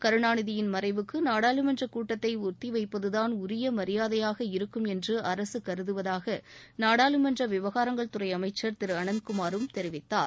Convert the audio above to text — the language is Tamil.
கருணாநிதியின் மறைவுக்கு நாடாளுமன்ற கூட்டத்தை ஒத்திவைப்பதுதான் உரிய மரியாதையாக இருக்கும் என்று அரசு கருதுவதாக நாடாளுமன்ற விவகாரங்கள் துறை அமைச்சர் திரு அனந்த்குமாரும் தெரிவித்தார்